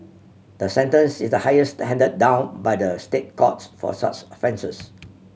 the sentence is the highest handed down by the State Courts for such offences